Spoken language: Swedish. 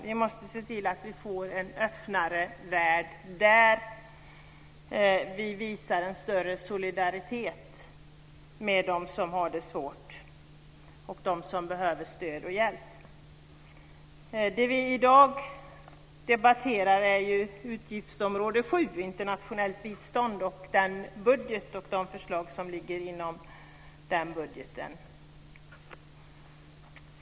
Vi måste se till att vi får en öppnare värld där vi visar en större solidaritet med dem som har det svårt och dem som behöver stöd och hjälp. I dag debatterar vi Utgiftsområde 7 Internationellt bistånd och de förslag som ligger inom den budgeten.